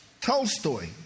Tolstoy